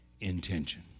intention